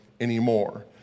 anymore